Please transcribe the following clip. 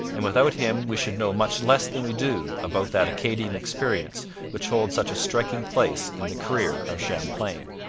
and without him we should know much less than we do about that acadian experience which holds such a striking place in the career of champlain.